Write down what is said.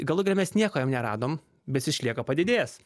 galų gale mes nieko jam neradom bet jis išlieka padidėjęs